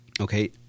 okay